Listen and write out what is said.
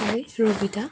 হয় ৰবিদা